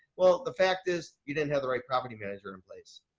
well, the fact is you didn't have the right property manager in place.